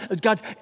God's